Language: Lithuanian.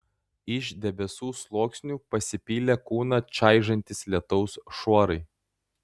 iš debesų sluoksnių pasipylė kūną čaižantys lietaus šuorai